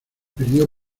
perdió